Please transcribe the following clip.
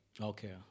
Okay